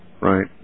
Right